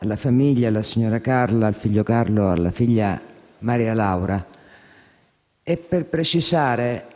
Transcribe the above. alla famiglia, alla signora Carla, al figlio Carlo e alla figlia Maria Laura, e per precisare